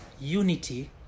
unity